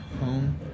home